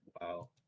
Wow